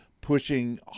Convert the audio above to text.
Pushing